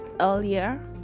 earlier